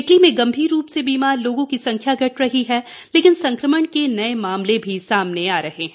Italy में गंभीर रूप से बीमार लोगों की संख्या घट रही है लेकिन संक्रमण के नए मामले भी सामने आ रहे हैं